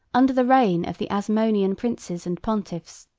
under the reign of the asmonaean princes and pontiffs.